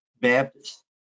Baptist